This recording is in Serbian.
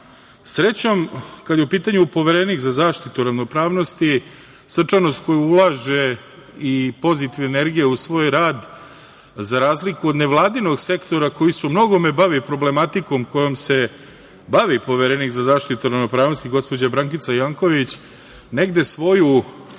srećom, kada je u pitanju Poverenik za zaštitu ravnopravnosti, srčanost koju ulaže i pozitivnu energiju u svoj rad, za razliku od nevladinog sektora koji se u mnogome bavi problematikom, a kojom se bavi Poverenik za zaštitu ravnopravnosti, gospođa Brankica Janković, negde svoju